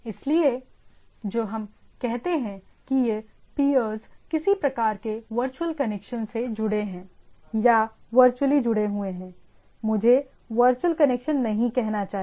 इसलिए जो हम कहते हैं कि ये पीयर्स किसी प्रकार के वर्चुअल कनेक्शन से जुड़े हैं या वर्चुअली जुड़े हुए हैं मुझे वर्चुअल कनेक्शन नहीं कहना चाहिए